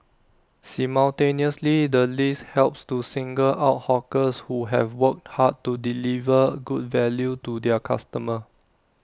simultaneously the list helps to single out hawkers who have worked hard to deliver good value to their customers